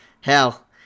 Hell